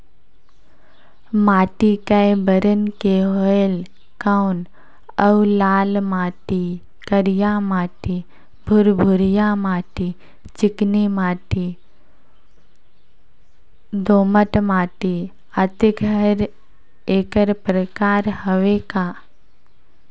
माटी कये बरन के होयल कौन अउ लाल माटी, करिया माटी, भुरभुरी माटी, चिकनी माटी, दोमट माटी, अतेक हर एकर प्रकार हवे का?